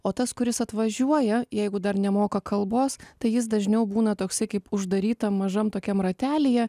o tas kuris atvažiuoja jeigu dar nemoka kalbos tai jis dažniau būna toksai kaip uždarytam mažam tokiam ratelyje